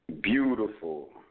Beautiful